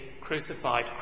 crucified